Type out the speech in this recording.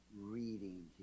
reading